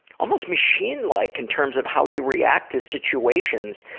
almost machine-like in terms of how you react to situations.